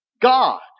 God